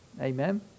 Amen